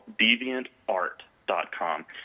DeviantArt.com